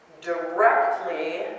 directly